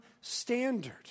standard